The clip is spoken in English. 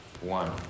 one